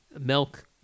milk